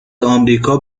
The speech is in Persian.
آمریکا